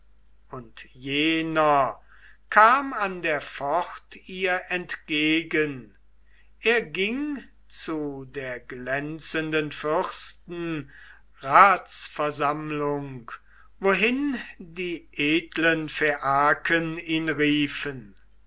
und jener kam an der pfort ihr entgegen er ging zu der glänzenden fürsten ratsversammlung wohin die edlen phaiaken ihn riefen